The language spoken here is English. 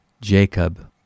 Jacob